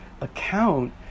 account